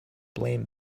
blame